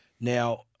Now